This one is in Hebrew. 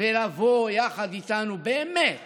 ולבוא יחד איתנו באמת